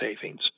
savings